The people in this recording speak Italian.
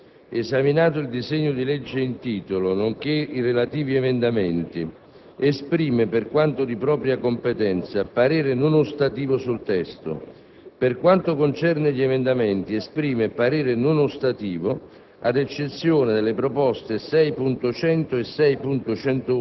«La Commissione programmazione economica, bilancio, esaminato il disegno di legge in titolo, nonché i relativi emendamenti, esprime, per quanto di propria competenza, parere non ostativo sul testo. Per quanto concerne gli emendamenti esprime parere non ostativo